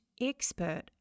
expert